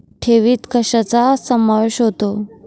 ठेवीत कशाचा समावेश होतो?